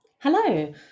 Hello